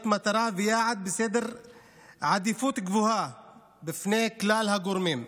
להיות מטרה ויעד בסדר עדיפויות גבוה של כלל הגורמים.